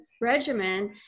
regimen